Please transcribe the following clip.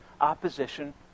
opposition